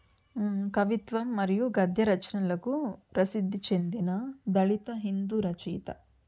కవిత్వం మరియు గద్య రచనలకు ప్రసిద్ధి చెందిన దళిత హిందూ రచయిత